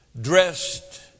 dressed